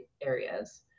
areas